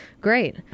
Great